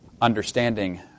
understanding